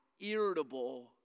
irritable